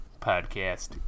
podcast